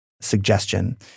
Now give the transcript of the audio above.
suggestion